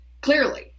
Clearly